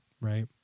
right